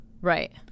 Right